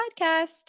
podcast